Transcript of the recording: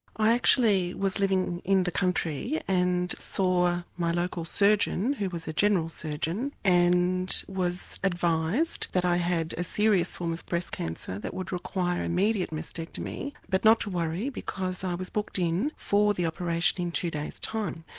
i was actually living in the country and saw my local surgeon who was a general surgeon and was advised that i had a serious form of breast cancer that would require immediate mastectomy but not to worry because i was booked in for the operation in two days time.